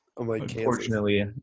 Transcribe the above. Unfortunately